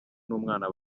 n’umwana